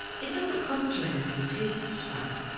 it doesn't cost you anything to subscribe,